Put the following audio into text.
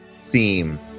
theme